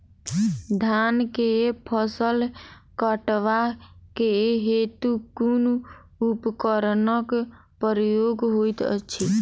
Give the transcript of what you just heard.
धान केँ फसल कटवा केँ हेतु कुन उपकरणक प्रयोग होइत अछि?